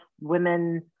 women